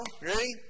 Ready